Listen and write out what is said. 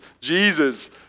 Jesus